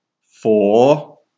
Four